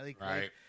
Right